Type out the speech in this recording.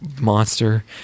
monster